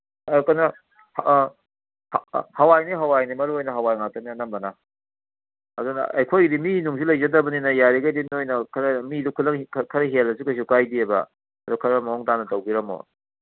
ꯀꯩꯅꯣ ꯍꯋꯥꯏꯅꯤ ꯍꯋꯥꯏꯅꯤ ꯃꯔꯨꯑꯣꯏꯅ ꯍꯋꯥꯏ ꯉꯥꯛꯇꯅꯤ ꯑꯅꯝꯕꯅ ꯑꯗꯨꯅ ꯑꯩꯈꯣꯏꯒꯤꯗꯤ ꯃꯤ ꯅꯨꯡꯁꯨ ꯂꯩꯖꯗꯕꯅꯤꯅ ꯌꯥꯔꯤꯈꯩꯗꯤ ꯅꯣꯏꯅ ꯈꯔ ꯃꯤꯗꯣ ꯈꯨꯂꯪ ꯈꯔ ꯍꯦꯜꯂꯁꯨ ꯀꯩꯁꯨ ꯀꯥꯏꯗꯦꯕ ꯑꯗꯨ ꯈꯔ ꯃꯑꯣꯡ ꯇꯥꯅ ꯇꯧꯕꯤꯔꯝꯃꯣ